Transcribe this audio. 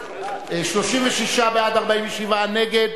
36 בעד, 47 נגד.